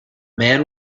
man